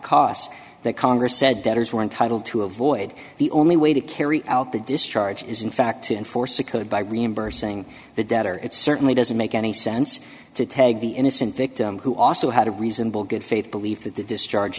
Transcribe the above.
costs that congress said debtors were entitled to avoid the only way to carry out the discharge is in fact to enforce a code by reimbursing the debtor it certainly doesn't make any sense to take the innocent victim who also had a reasonable good faith belief that the discharge